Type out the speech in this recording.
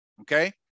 okay